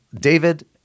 David